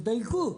תדייקו.